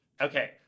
Okay